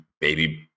baby